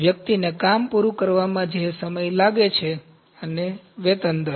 વ્યક્તિને કામ પૂરું કરવામાં જે સમય લાગે છે અને વેતન દર